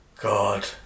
God